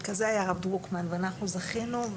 וכזה היה הרב דרוקמן ואנחנו זכינו,